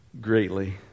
greatly